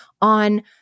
on